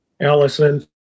Allison